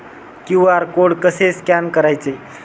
QR code कसे scan करायचे?